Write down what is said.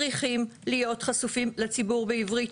צריכים להיות חשופים לציבור בעברית.